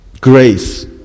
grace